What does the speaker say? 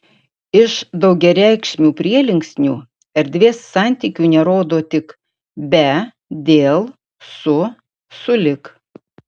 iš daugiareikšmių prielinksnių erdvės santykių nerodo tik be dėl su sulig